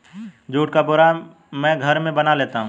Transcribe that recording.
जुट का बोरा मैं घर में बना लेता हूं